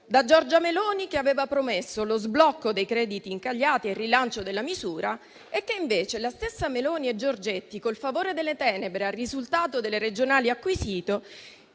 da Giorgia Meloni, che aveva promesso lo sblocco dei crediti incagliati e il rilancio della misura. Invece, la stessa Meloni e Giorgetti, col favore delle tenebre, a risultato delle elezioni regionali acquisito,